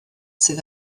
sydd